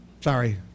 Sorry